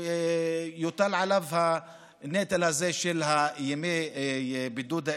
יוטל עליו הנטל של ימי הבידוד האלה,